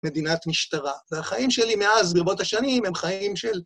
מדינת משטרה, והחיים שלי מאז, ברבות השנים, הם חיים של...